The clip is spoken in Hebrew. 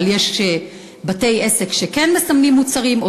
אבל יש בתי-עסק שכן מסמנים מוצרים,